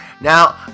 Now